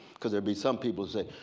because there'll be some people who say,